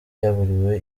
yaburiwe